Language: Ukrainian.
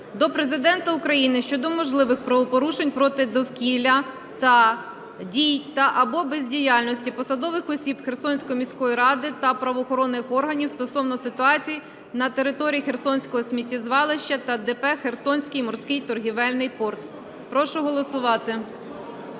до Президента України щодо можливих правопорушень проти довкілля, дій та/або бездіяльності посадових осіб Херсонської міської ради та правоохоронних органів стосовно ситуацій на території Херсонського сміттєзвалища та ДП "Херсонський морський торгівельний порт". Прошу голосувати.